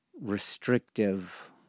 restrictive